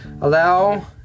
allow